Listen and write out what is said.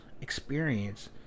experience